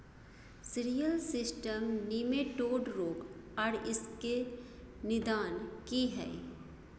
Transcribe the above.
Cereal system nematode रोग आर इसके निदान की हय?